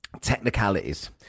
Technicalities